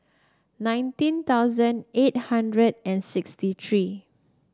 nineteen thousand eight hundred and sixty three